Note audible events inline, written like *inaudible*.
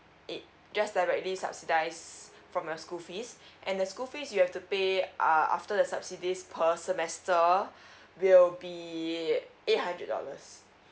it just directly subsidies from your school fees and the school fees you have to pay ah after the subsidies per semester *breath* will be eight hundred dollars